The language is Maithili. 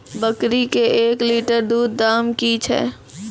बकरी के एक लिटर दूध दाम कि छ?